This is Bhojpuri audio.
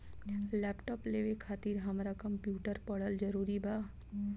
लैपटाप लेवे खातिर हमरा कम्प्युटर पढ़ल जरूरी बा?